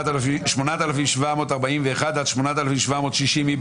7,061 עד 7,080, מי